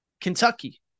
Kentucky